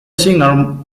singer